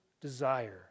desire